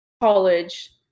college